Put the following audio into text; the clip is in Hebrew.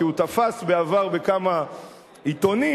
כי הוא תפס בעבר בכמה עיתונים,